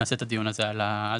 נעשה את הדיון הזה על זה,